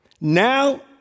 Now